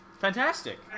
Fantastic